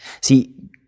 See